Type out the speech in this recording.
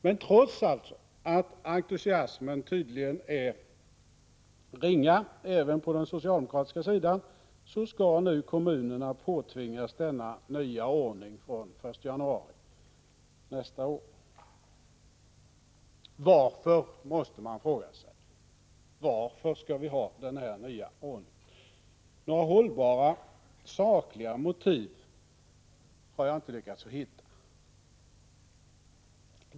Men trots att entusiasmen tydligen är ringa även på den socialdemokratiska sidan skall nu kommunerna påtvingas denna nya ordning från den 1 januari nästa år. Varför skall vi ha denna nya ordning? måste man fråga sig. Några hållbara sakliga motiv har jag inte lyckats att hitta.